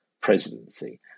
presidency